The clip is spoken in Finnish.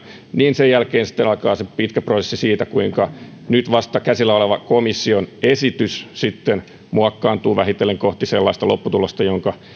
niin myös alkaa sitten sen jälkeen se pitkä prosessi siitä kuinka nyt vasta käsillä oleva komission esitys sitten muokkaantuu vähitellen kohti sellaista lopputulosta jonka